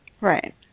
Right